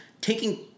taking